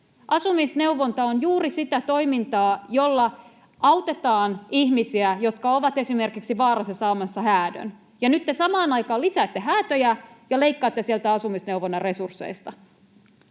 Asumisneuvonta on juuri sitä toimintaa, jolla autetaan ihmisiä, jotka ovat esimerkiksi vaarassa saada häädön. Ja nyt te samaan aikaan lisäätte häätöjä ja leikkaatte sieltä asumisneuvonnan resursseista.